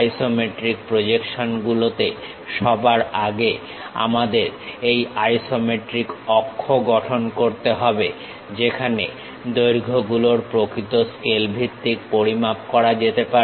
isometric projection গুলোতে সবার আগে আমাদের এই আইসোমেট্রিক অক্ষ গঠন করতে হবে যেখানে দৈর্ঘ্য গুলোর প্রকৃত স্কেল ভিত্তিক পরিমাপ করা যেতে পারে